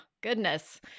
goodness